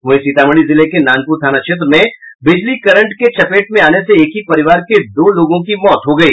वहीं सीतामढी जिले के नानपुर थाना क्षेत्र में बिजली करंट के चपेट में आ जाने से एक ही परिवार के दो लोगों की मौत हो गई